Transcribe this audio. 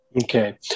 Okay